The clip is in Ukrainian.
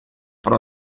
про